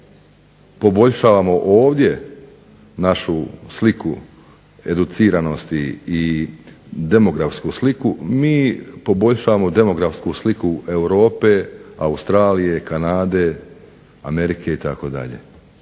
poboljšavamo ovdje našu sliku educiranosti i demografsku sliku mi poboljšavamo demografsku sliku Europe, Australije, Kanade, Amerike i